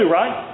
right